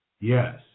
Yes